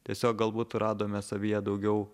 tiesiog galbūt radome savyje daugiau